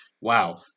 Wow